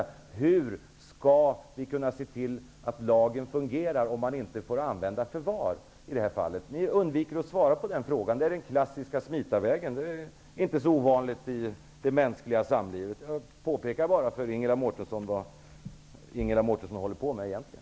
Hur skall vi kunna se till att lagen fungerar om man inte i detta fall får använda förvar? Ni undviker att svara på den frågan. Det är den klassiska smitarvägen. Den är inte så ovanlig i det mänskliga samlivet. Jag påpekar bara för Ingela Mårtensson vad Ingela Mårtensson egentligen håller på med.